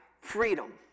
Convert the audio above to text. freedom